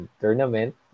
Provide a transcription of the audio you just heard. tournament